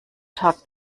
tag